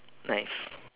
nice